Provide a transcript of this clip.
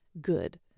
good